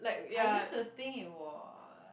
I used to think it was